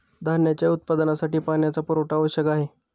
धान्याच्या उत्पादनासाठी पाण्याचा पुरवठा आवश्यक आहे